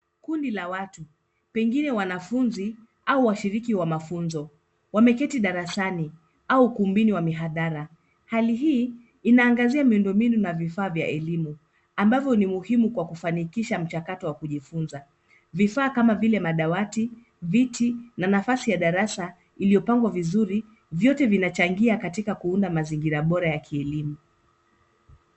kundi la watu, pengine wanafunzi au washiriki wa mafunzo. Wameketi darasani au ukumbini wa mihadhara. Hali hii inaangazia miundo mbinu na vifaa vya elimu ambavyo ni muhimu kwa kufanikisha mchakato wa kujifunza, Vifaa kama vile madawati, viti na nafasi ya darasa iliyopangwa vizuri vyote vinachangia katika kuunda mazingira bora ya kielimu.